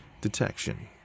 detection